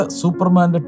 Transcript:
superman